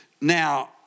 Now